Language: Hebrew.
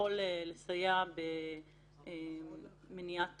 לסייע במניעת